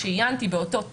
כשעיינתי באותו תיק,